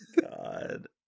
God